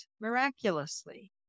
miraculously